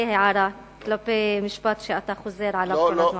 זה הערה כלפי משפט שאתה חוזר עליו כל הזמן.